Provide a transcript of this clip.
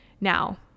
Now